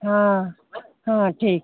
हाँ हाँ ठीक